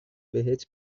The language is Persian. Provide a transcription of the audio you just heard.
بهت